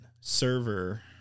server